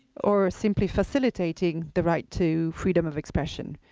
or simply facilitating the right to freedom of expression?